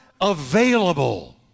available